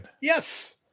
Yes